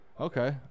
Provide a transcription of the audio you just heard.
Okay